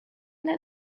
let